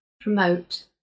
promote